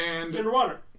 Underwater